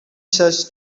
search